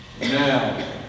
Now